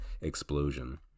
explosion